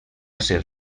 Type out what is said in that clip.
ser